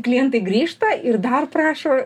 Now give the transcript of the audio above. klientai grįžta ir dar prašo